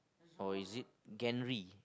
or is it Ganry